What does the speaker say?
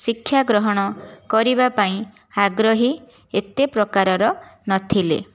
ଶିକ୍ଷା ଗ୍ରହଣ କରିବା ପାଇଁ ଆଗ୍ରହୀ ଏତେ ପ୍ରକାରର ନଥିଲେ